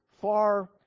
far